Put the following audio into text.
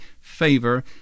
favor